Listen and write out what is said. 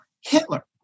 Hitler